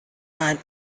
and